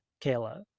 Kayla